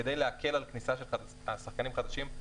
כדי להקל על כניסה של שחקנים חדשים,